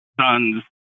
son's